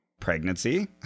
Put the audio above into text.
Pregnancy